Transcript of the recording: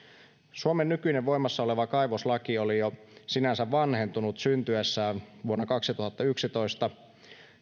suomen nykyinen voimassa oleva kaivoslaki oli sinänsä vanhentunut jo syntyessään vuonna kaksituhattayksitoista